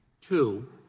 two